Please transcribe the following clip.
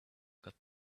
got